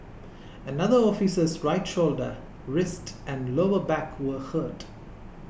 another officer's right shoulder wrist and lower back were hurt